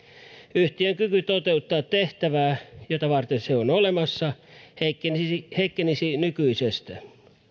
yhtiön kyky toteuttaa tehtävää jota varten se on olemassa heikkenisi heikkenisi nykyisestä